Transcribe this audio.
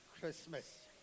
Christmas